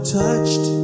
touched